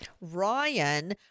Ryan